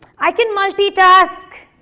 i can multitask!